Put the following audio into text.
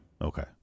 Okay